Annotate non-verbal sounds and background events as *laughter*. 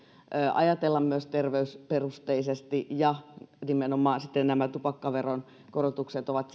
ajatella myös terveysperusteisesti ja nimenomaan siitä näkökulmasta nämä tupakkaveron korotukset ovat *unintelligible*